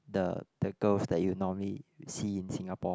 the the girls that you normally see in Singapore